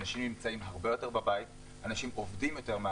אנשים שוהים בבתים זמן רב,